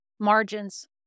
Margins